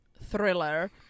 thriller